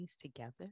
together